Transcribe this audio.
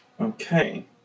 Okay